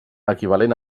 equivalent